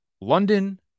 London